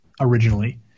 originally